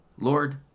Lord